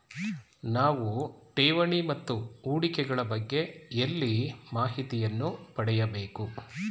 ನಾವು ಠೇವಣಿ ಮತ್ತು ಹೂಡಿಕೆ ಗಳ ಬಗ್ಗೆ ಎಲ್ಲಿ ಮಾಹಿತಿಯನ್ನು ಪಡೆಯಬೇಕು?